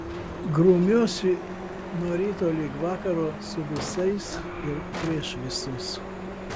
grumiuosi nuo ryto lig vakaro su visais ir prieš visus